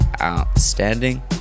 outstanding